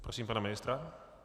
Prosím pana ministra.